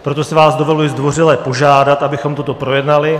Proto si vás dovoluji zdvořile požádat, abychom toto projednali.